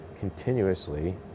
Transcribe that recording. continuously